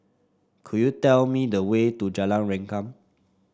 could you tell me the way to Jalan Rengkam